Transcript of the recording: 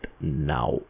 now